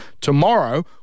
tomorrow